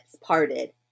parted